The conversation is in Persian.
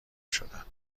شدن